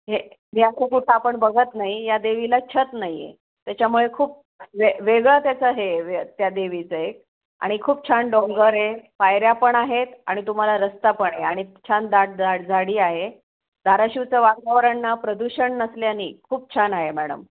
हे याच कुठं आपण बघत नाही या देवीला छत नाही आहे त्याच्यामुळे खूप वे वेगळं त्याचं हे त्या देवीचं एक आणि खूप छान डोंगर आहे पायऱ्या पण आहेत आणि तुम्हाला रस्ता पण आहे आणि छान दाट दा झाडी आहे धाराशिवचं वातावरण ना प्रदूषण नसल्याने खूप छान आहे मॅडम